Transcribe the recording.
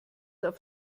auf